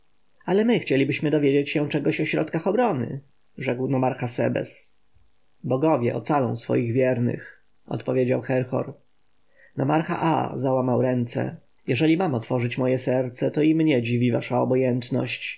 ale my chcielibyśmy dowiedzieć się czegoś o środkach obrony rzekł nomarcha sebes bogowie ocalą swoich wiernych odpowiedział herhor nomarcha aa załamał ręce jeżeli mam otworzyć moje serce to i mnie dziwi wasza obojętność